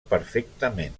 perfectament